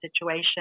situation